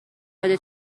بده